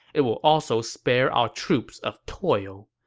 it will also spare our troops of toil.